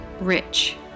rich